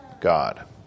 God